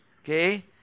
Okay